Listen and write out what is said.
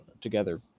together